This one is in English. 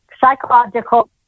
psychological